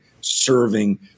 serving